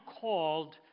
called